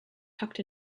tucked